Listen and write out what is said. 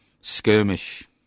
skirmish